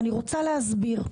אני רוצה להסביר.